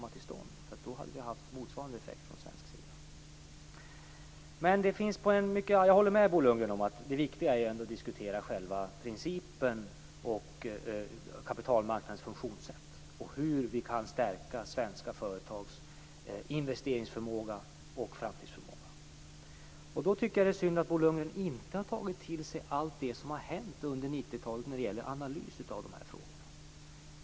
Då hade vi nämligen haft motsvarande effekt i Sverige. Jag håller med Bo Lundgren om att det viktiga ändå är att diskutera själva principen, kapitalmarknadens funktionssätt, och hur vi kan stärka svenska företags investeringsförmåga och framtidsförmåga. Då tycker jag att det är synd att Bo Lundgren inte har tagit till sig allt det som har hänt under 1990-talet när det gäller analys av de här frågorna.